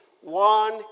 one